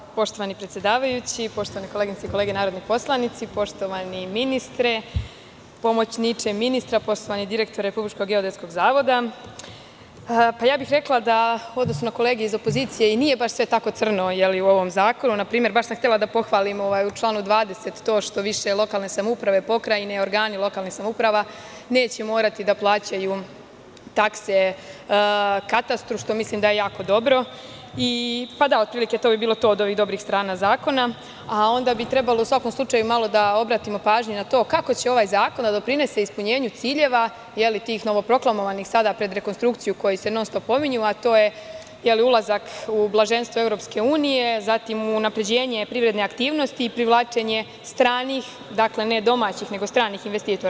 Hvala poštovani predsedavajući, poštovane koleginice i kolege narodni poslanici, poštovani ministre, pomoćniče ministra, poštovani direktore Republičkog geodetskog zavoda, rekla bih da u odnosu na kolege iz opozicije i nije baš sve tako crno u ovom zakonu, na primer, baš sam htela da pohvalim, u članu 20. to što više lokalne samouprave, pokrajine i organi lokalnih samouprava neće morati da plaćaju takse katastru, što mislim da je jako dobro i otprilike, to bi bilo to od ovih dobrih strana zakona, a onda bi trebalo u svakom slučaju malo da obratimo pažnju, kako će ovaj zakon da doprinese ispunjenju ciljeva, tih novoproklamovanih, sada pred rekonstrukciju, koji se non-stop pominju, a to je ulazak u blaženstvo EU, zatim unapređenje privredne aktivnosti, privlačenje stranih, dakle, ne domaćih, nego stranih investitora.